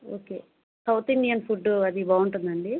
okay South Indian food అది బాగుంటుందా అండి